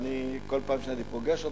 וכל פעם שאני פוגש אותו,